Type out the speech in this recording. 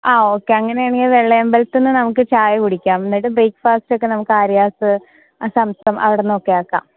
ആ ഓക്കേ അങ്ങനെയാണെങ്കിൽ വെള്ളയമ്പലത്തിൽ നിന്ന് നമുക്ക് ചായ കുടിക്കാം എന്നിട്ട് ബ്രേക്ഫാസ്റ്റ് ഒക്കെ നമുക്ക് ആര്യാസ് സംസം അവിടുന്നൊക്കെ ആക്കാം